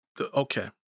okay